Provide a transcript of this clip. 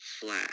flat